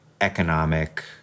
economic